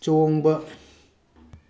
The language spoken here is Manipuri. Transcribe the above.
ꯆꯣꯡꯕ